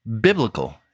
biblical